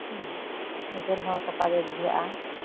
ᱦᱮᱸ ᱱᱤᱡᱮᱨ ᱦᱚᱸ ᱥᱟᱯᱷᱟ ᱜᱮ ᱵᱩᱡᱷᱟᱹᱜᱼᱟ